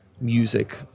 music